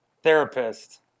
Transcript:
therapist